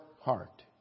heart